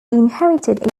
inherited